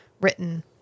written